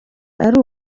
ari